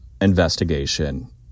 investigation